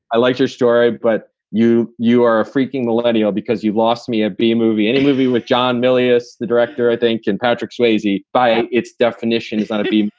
i liked your story, but you you are a freaking millennial because you've lost me a b movie and a movie with john milius, the director, i think, and patrick swayze. eat, by its definition, is not to be.